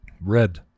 Red